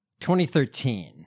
2013